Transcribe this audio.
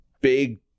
big